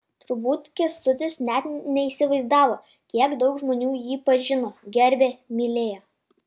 turbūt kęstutis net neįsivaizdavo kiek daug žmonių jį pažino gerbė mylėjo